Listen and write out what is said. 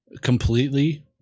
completely